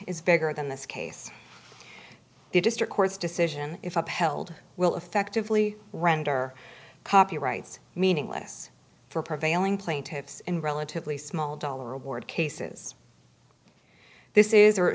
is bigger than this case the district court's decision if upheld will effectively render copyrights meaningless for prevailing plaintiffs in relatively small dollar award cases this is